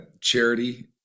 charity